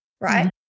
Right